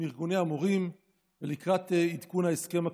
ארגוני המורים ולקראת עדכון ההסכם הקיבוצי.